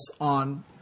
on